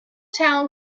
town